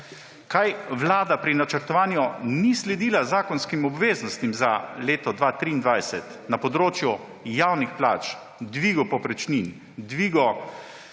Kaj vlada pri načrtovanju ni sledila zakonskim obveznostim za leto 2023 na področju javnih plač, dvigov povprečnin, dvigov